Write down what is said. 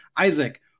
Isaac